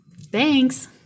Thanks